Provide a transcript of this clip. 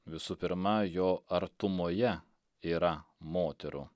visų pirma jo artumoje yra moterų